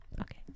Okay